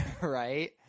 right